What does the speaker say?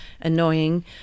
annoying